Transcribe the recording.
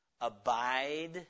Abide